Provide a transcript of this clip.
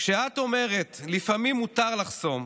כשאת אומרת שלפעמים מותר לחסום,